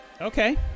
Okay